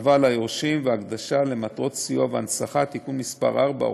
(השבה ליורשים והקדשה למטרות סיוע והנצחה) (תיקון מס' 4,